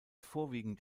vorwiegend